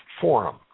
FORUM